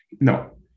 No